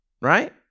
right